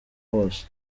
hose